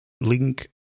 link